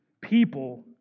people